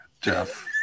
Jeff